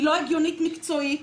היא לא הגיונית מקצועית,